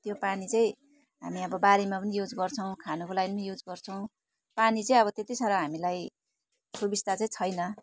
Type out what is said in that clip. त्यो पानी चाहिँ हामी अब बारीमा पनि युज गर्छौँ खानुको लागि पनि युज गर्छौँ पानी चाहिँ अब त्यति साह्रो हामीलाई सुबिस्ता चाहिँ छैन